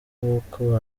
boko